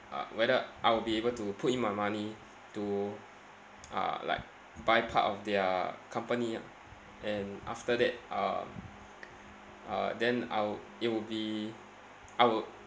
uh whether I would be able to put in my money to uh like buy part of their company ah and after that uh uh then I'll it will be I will